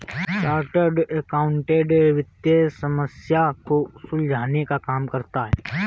chartered accountant वित्तीय समस्या को सुलझाने का काम करता है